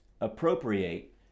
Appropriate